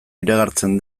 iragartzen